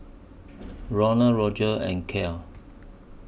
Ronal Roger and Cael